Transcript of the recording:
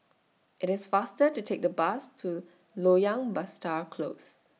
IT IS faster to Take The Bus to Loyang Besar Close